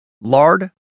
lard